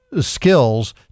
skills